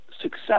Success